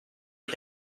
est